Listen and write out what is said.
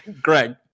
Greg